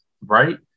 Right